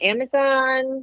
Amazon